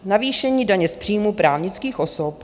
Navýšení daně z příjmů právnických osob.